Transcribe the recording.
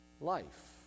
life